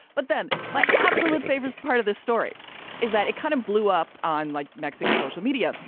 but then my absolute favorite part of the story is that it kind of blew up on like mexican social media.